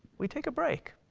we take a break,